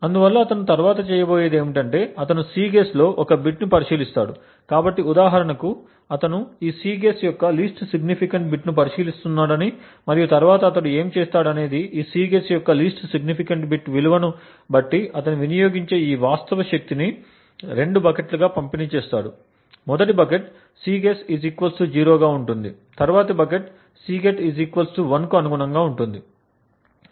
అందువల్ల అతను తరువాత చేయబోయేది ఏమిటంటే అతను ఈ Cguess లో ఒక బిట్ను పరిశీలిస్తాడు కాబట్టి ఉదాహరణకు అతను ఈ Cguess యొక్క లీస్ట్ సిగ్నిఫికెంట్ బిట్ను పరిశీలిస్తున్నాడని మరియు తరువాత అతను ఏమి చేస్తాడనేది ఈ Cguess యొక్క లీస్ట్ సిగ్నిఫికెంట్ బిట్ విలువను బట్టి అతను వినియోగించే ఈ వాస్తవ శక్తిని రెండు బకెట్లుగా పంపిణీ చేస్తాడు మొదటి బకెట్ Cguess0 గా ఉంటుంది తరువాతి బకెట్ Cguess1 కు అనుగుణంగా ఉంటుంది